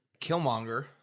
Killmonger